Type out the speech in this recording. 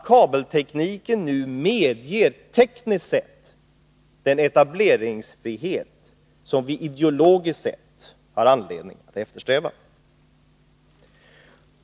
Kabeltekniken medger nu tekniskt sett den etableringsfrihet som vi ideologiskt sett har anledning att eftersträva.